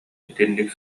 итинник